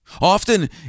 Often